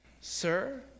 Sir